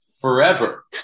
forever